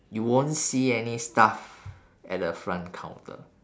you won't see any staff at the front counter